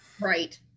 Right